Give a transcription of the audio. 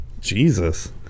Jesus